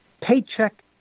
Paycheck